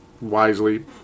wisely